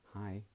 hi